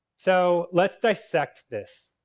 so, let's dissect this.